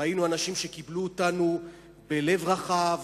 ראינו אנשים שקיבלו אותנו בלב רחב